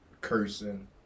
cursing